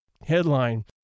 Headline